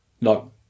No